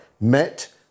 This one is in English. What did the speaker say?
met